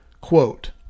Quote